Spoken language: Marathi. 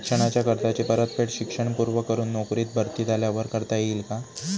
शिक्षणाच्या कर्जाची परतफेड शिक्षण पूर्ण करून नोकरीत भरती झाल्यावर करता येईल काय?